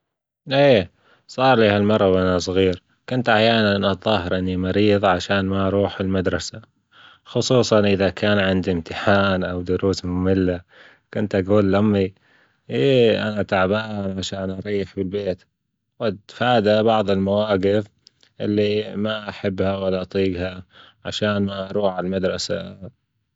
إيه صار لي هالمرة وأنا زغير. كنت أحيانا أتظاهر إني مريض عشان ما أروح المدرسة، خصوصا إذا كان عندي إمتحان أو دروس مملة كنت أجول لأمي إيه أنا تعبان عشان أريح بالبيت، فهذا بعض المواقف اللي ما أحبها ولا أطيقها عشان ما أروح عالمدرسة.